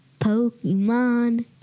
Pokemon